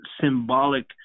symbolic